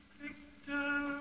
Victor